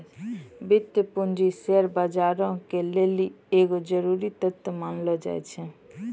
वित्तीय पूंजी शेयर बजारो के लेली एगो जरुरी तत्व मानलो जाय छै